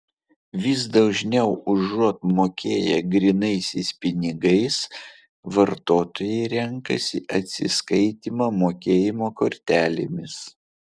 vis dažniau užuot mokėję grynaisiais pinigais vartotojai renkasi atsiskaitymą mokėjimo kortelėmis